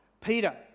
Peter